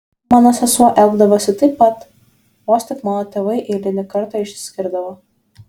mano sesuo elgdavosi taip pat vos tik mano tėvai eilinį kartą išsiskirdavo